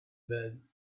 bed